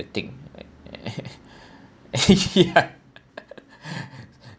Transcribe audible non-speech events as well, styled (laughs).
the thing (laughs) yeah (laughs)